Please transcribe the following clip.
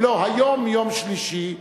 היום יום שלישי,